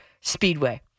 Speedway